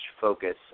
focus